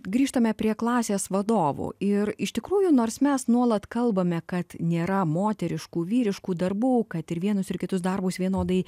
grįžtame prie klasės vadovų ir iš tikrųjų nors mes nuolat kalbame kad nėra moteriškų vyriškų darbų kad ir vienus ir kitus darbus vienodai